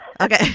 Okay